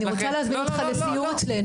אני רוצה להזמין אותך לסיור אצלנו.